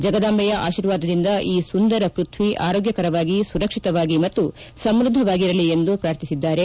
ಜಗದಾಂಬೆಯ ಅಶೀರ್ವಾದದಿಂದ ಈ ಸುಂದರ ಪೃಥ್ವಿ ಆರೋಗ್ಯಕರವಾಗಿ ಸುರಕ್ಷಿತವಾಗಿ ಮತ್ತು ಸಮ್ಯದ್ಧವಾಗಿರಲಿ ಎಂದು ಪ್ರಾರ್ಥಿಸಿದ್ದಾರೆ